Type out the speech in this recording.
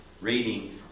reading